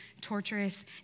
torturous